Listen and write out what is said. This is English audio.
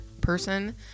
person